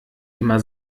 immer